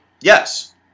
Yes